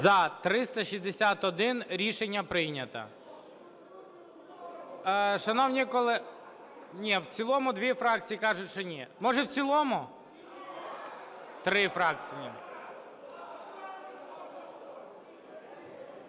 За-361 Рішення прийнято.